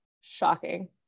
shocking